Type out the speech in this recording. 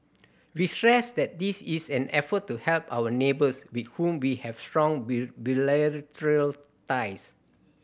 we stress that this is an effort to help our neighbours with whom we have strong bilateral ties